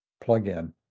plug-in